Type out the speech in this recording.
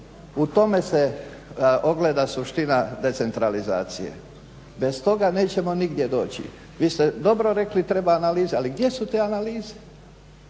u tome se ogleda suština decentralizacije. Bez toga nećemo nigdje doći. Vi ste dobro rekli treba analize, ali gdje su te analize?